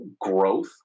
growth